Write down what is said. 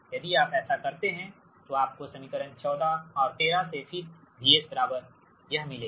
यदि आप ऐसा करते हैं तो आपको समीकरण 14 और 13 से फिर VS बराबर यह मिलेगा